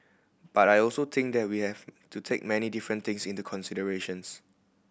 but I also think that we have to take many different things into considerations